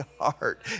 heart